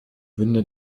winde